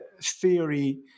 theory